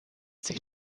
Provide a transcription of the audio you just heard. sich